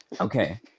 Okay